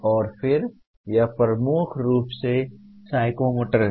और फिर यह प्रमुख रूप से साइकोमोटर है